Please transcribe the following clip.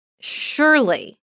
surely